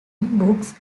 books